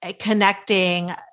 connecting